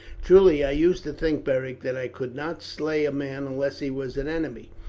truly, i used to think, beric, that i could not slay a man unless he was an enemy,